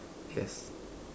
yes